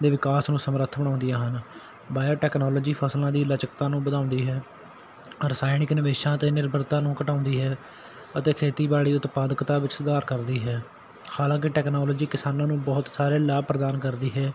ਦੇ ਵਿਕਾਸ ਨੂੰ ਸਮਰੱਥ ਬਣਾਉਂਦੀਆਂ ਹਨ ਬਾਇਓ ਟੈਕਨੋਲੋਜੀ ਫ਼ਸਲਾਂ ਦੀ ਲਚਕਤਾਂ ਨੂੰ ਵਧਾਉਂਦੀ ਹੈ ਰਸਾਇਣਿਕ ਨਿਵੇਸ਼ਾਂ 'ਤੇ ਨਿਰਭਰਤਾ ਨੂੰ ਘਟਾਉਂਦੀ ਹੈ ਅਤੇ ਖੇਤੀਬਾੜੀ ਉਤਪਾਦਕਤਾ ਵਿੱਚ ਸੁਧਾਰ ਕਰਦੀ ਹੈ ਹਾਲਾਂਕਿ ਟੈਕਨਾਲੋਜੀ ਕਿਸਾਨਾਂ ਨੂੰ ਬਹੁਤ ਸਾਰੇ ਲਾਭ ਪ੍ਰਦਾਨ ਕਰਦੀ ਹੈ